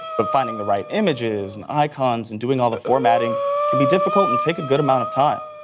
but finding the right images and icons and doing all the formatting can be difficult and take a good amount of time.